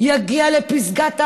יגיע לפסגת ההר,